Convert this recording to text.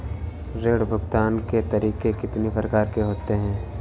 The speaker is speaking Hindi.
ऋण भुगतान के तरीके कितनी प्रकार के होते हैं?